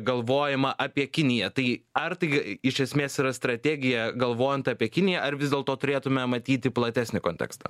galvojama apie kiniją tai ar tai iš esmės yra strategija galvojant apie kiniją ar vis dėlto turėtume matyti platesnį kontekstą